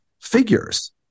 figures